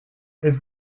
its